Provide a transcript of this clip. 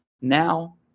now